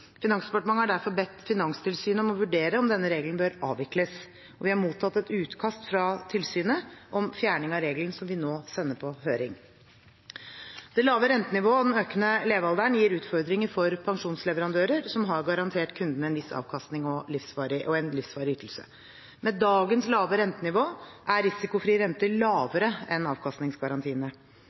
Finansdepartementet har derfor bedt Finanstilsynet om å vurdere om denne regelen bør avvikles. Vi har mottatt et utkast fra tilsynet om fjerning av regelen, som vi nå sender på høring. Det lave rentenivået og den økende levealderen gir utfordringer for pensjonsleverandører som har garantert kundene en viss avkastning og en livsvarig ytelse. Med dagens lave rentenivå er risikofri rente lavere enn avkastningsgarantiene.